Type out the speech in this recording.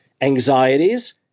anxieties